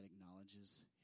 acknowledges